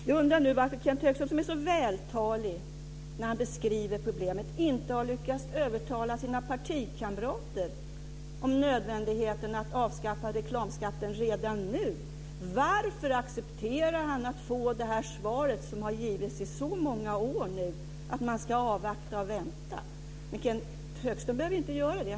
Jag undrar nu varför Kenth Högström som är så vältalig när han beskriver problemet inte har lyckats övertala sina partikamrater om nödvändigheten av att avskaffa reklamskatten redan nu. Varför accepterar han att få det här svaret, som har givits i så många år, att man ska avvakta och vänta? Kenth Högström behöver ju inte göra det.